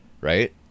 Right